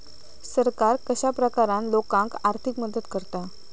सरकार कश्या प्रकारान लोकांक आर्थिक मदत करता?